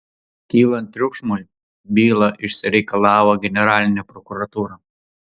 kylant triukšmui bylą išsireikalavo generalinė prokuratūra